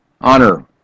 Honor